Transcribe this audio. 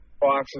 boxes